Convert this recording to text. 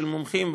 של מומחים,